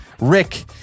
rick